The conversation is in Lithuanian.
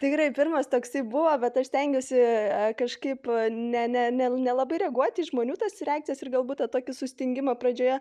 tai gerai pirmas toksai buvo bet aš stengiausi kažkaip ne ne ne nelabai reaguoti į žmonių tas reakcijas ir galbūt tą tokį sustingimą pradžioje